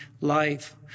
life